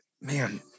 man